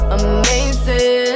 amazing